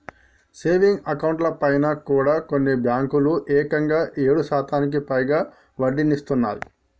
savings అకౌంట్లపైన కూడా కొన్ని బ్యేంకులు ఏకంగా ఏడు శాతానికి పైగా వడ్డీనిత్తన్నయ్